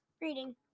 Reading